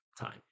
time